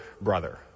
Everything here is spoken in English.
brother